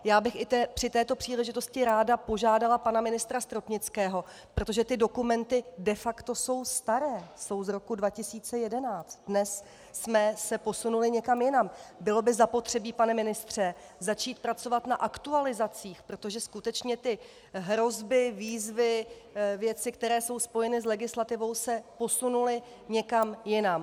Já bych při této příležitosti ráda požádala pana ministra Stropnického, protože ty dokumenty de facto jsou staré, jsou z roku 2011, dnes jsme se posunuli někam jinam bylo by zapotřebí, pane ministře, začít pracovat na aktualizacích, protože skutečně ty hrozby, výzvy, věci, které jsou spojeny s legislativou, se posunuly někam jinam.